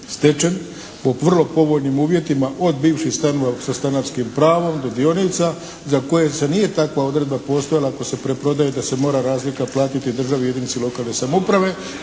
stečene po vrlo povoljnim uvjetima od bivših stanova sa stanarskim pravom do dionica za koje se nije takva odredba postojala ako se preprodaje da se mora razlika platiti državi ili jedinici lokalne samouprave.